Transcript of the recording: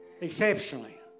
exceptionally